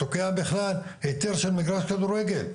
זה תוקע בכלל היתר של מגרש כדורגל.